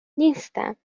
نیستم